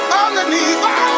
underneath